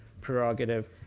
prerogative